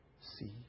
see